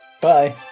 Bye